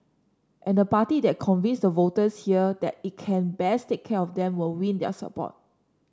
and the party that convinces the voters here that it can best take care of them will win their support